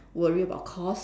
worry about cost